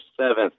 seventh